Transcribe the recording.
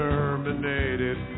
terminated